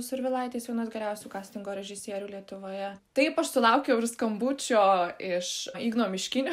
survilaitės vienos geriausių kastingo režisierių lietuvoje taip aš sulaukiau ir skambučio iš igno miškinio